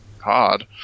hard